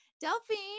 Delphine